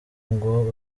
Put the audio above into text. ngo